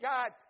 God